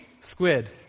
squid